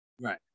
Right